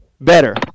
better